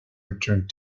returned